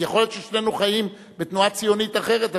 יכול להיות ששנינו חיים בתנועה ציונית אחרת,